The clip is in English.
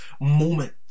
moment